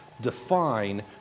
define